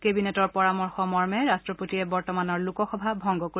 কেবিনেটৰ পৰামৰ্শমৰ্মে ৰাষ্ট্ৰপতিয়ে বৰ্তমানৰ লোকসভা ভংগ কৰিব